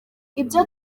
ibyo